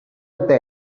back